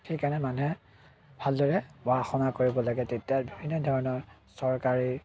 সেইকাৰণে মানুহে ভালদৰে পঢ়া শুনা কৰিব লাগে তেতিয়া এনেধৰনৰ চৰকাৰী